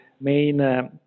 main